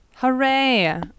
Hooray